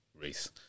race